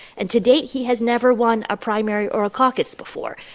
and to date, he has never won a primary or a caucus before.